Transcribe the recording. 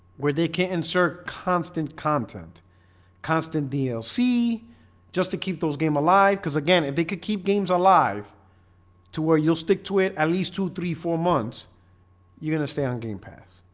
where they can't insert constant content constant dlc just just to keep those game alive because again if they could keep games alive to where you'll stick to it at least two three four months you're gonna stay on game path,